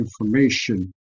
information